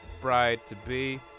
bride-to-be